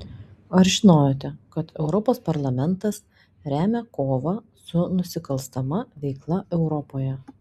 ar žinojote kad europos parlamentas remia kovą su nusikalstama veikla europoje